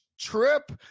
trip